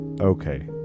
Okay